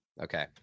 Okay